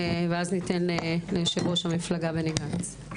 ואז ניתן ליושב-ראש המפלגה בני גנץ.